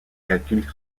calculs